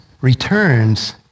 returns